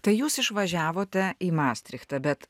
tai jūs išvažiavote į mastrichtą bet